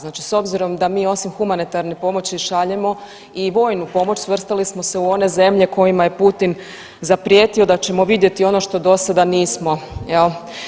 Znači s obzirom da mi osim humanitarne pomoći šaljemo i vojnu pomoć svrstali smo se u one zemlje kojima je Putin zaprijetio da ćemo vidjeti ono što do sada nismo jel.